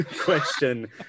question